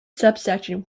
subsection